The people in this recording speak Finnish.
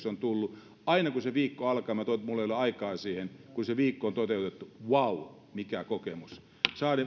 on tullut aina kun se viikko alkaa minä toivon että minulla ei ole aikaa siihen ja kun se viikko on toteutettu vau mikä kokemus